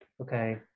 Okay